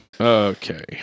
okay